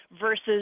versus